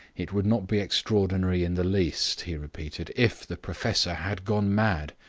it would not be extraordinary in the least, he repeated, if the professor had gone mad.